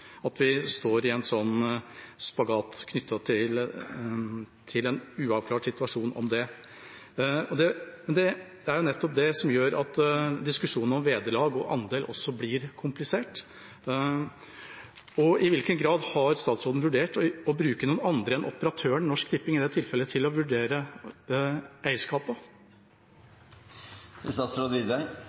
at vi går ned i spagat med en uavklart situasjon. Det er nettopp det som gjør at diskusjonen om vederlag og andel også blir komplisert. I hvilken grad har statsråden vurdert å bruke andre enn operatøren Norsk Tipping i dette tilfellet til å vurdere